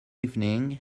evening